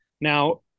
Now